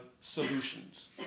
solutions